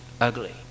ugly